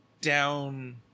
down